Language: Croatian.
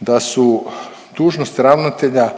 da su dužnost ravnatelja,